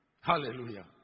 hallelujah